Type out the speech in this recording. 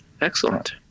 Excellent